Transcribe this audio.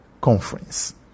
conference